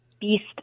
beast